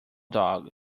dog